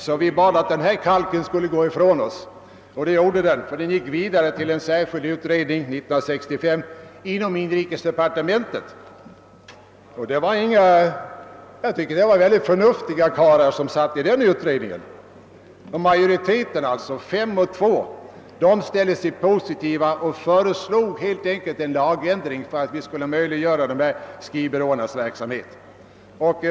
Vi bad därför att »denna kalk» skulle gå ifrån oss. Den gick då vidare till en särskild utredning 1955 inom inrikesdepartementet. Det var förnuftiga karlar som satt i denna utredning; majoriteten, fem mot två, ställde sig positiv och föreslog en lagändring för att möjliggöra dessa skrivbyråers verksamhet.